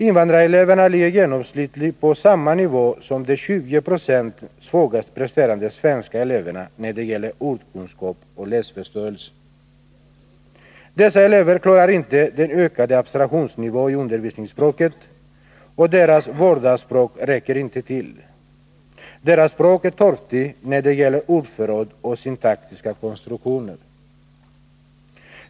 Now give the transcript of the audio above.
Invandrareleverna ligger genomsnittligt på samma nivå som de 20 90 svagast presterande svenska eleverna när det gäller ordkunskap och läsförståelse. Dessa elever klarar inte den ökade abstraktionsnivån i undervisningsspråket, och deras vardagsspråk räcker inte till. Deras språk är torftigt när det gäller ordförråd och syntaktiska konstruktioner.